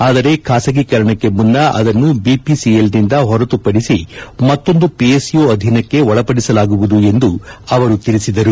ಆದರೆ ಖಾಸಗೀಕರಣಕ್ಕೆ ಮುನ್ನ ಅದನ್ನು ಬಿಪಿಸಿಎಲ್ನಿಂದ ಹೊರತುಪದಿಸಿ ಮತ್ತೊಂದು ಪಿಎಸ್ಯು ಅಧೀನಕ್ಕೆ ಒಳಪಡಿಸಲಾಗುವುದು ಎಂದು ಅವರು ತಿಳಿಸಿದರು